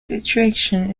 situation